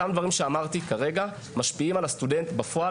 אותם דברים שאמרתי כרגע משפיעים על הסטודנט בפועל